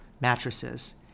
mattresses